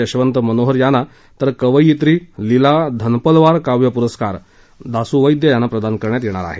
यशवंत मनोहर यांना तर कवयित्री लीला धनपलवार काव्य पुरस्कार दासु वैद्य यांना प्रदान करण्यात येणार आहे